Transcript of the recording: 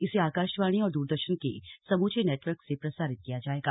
इसे आकाशवाणी और द्रदर्शन के समूचे नेटवर्क से प्रसारित किया जाएगा